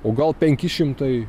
o gal penki šimtai